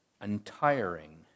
Untiring